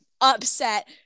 upset